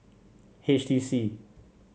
H T C